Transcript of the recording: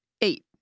eight